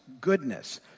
goodness